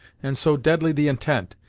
and so deadly the intent,